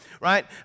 right